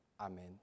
Amen